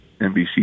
NBC